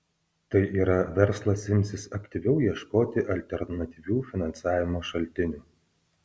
tai yra verslas imsis aktyviau ieškoti alternatyvių finansavimo šaltinių